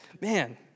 Man